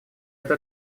это